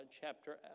chapter